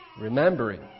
remembering